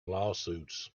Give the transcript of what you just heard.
lawsuits